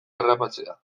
harrapatzea